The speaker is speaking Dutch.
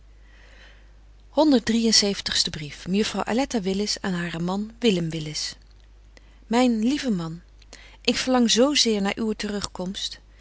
en zeventigste brief mejuffrouw aletta willis aan haren man willem willis myn lieve man ik verlang zo zeer naar uwe te